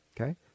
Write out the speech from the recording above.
Okay